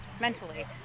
mentally